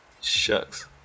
shucks